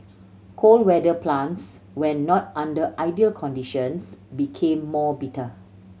cold weather plants when not under ideal conditions become more bitter